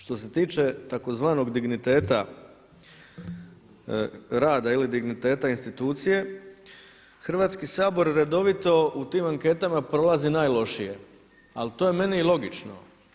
Što se tiče tzv. digniteta rada ili digniteta institucije, Hrvatski sabor redovito u tim anketama prolazi najlošije ali to je meni i logično.